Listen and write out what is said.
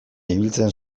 ibiltzen